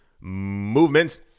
movements